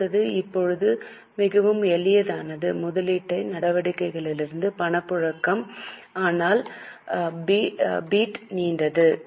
அடுத்தது இப்போது மிகவும் எளிதானது முதலீட்டு நடவடிக்கைகளிலிருந்து பணப்புழக்கம் ஆனால் பிட் நீண்டது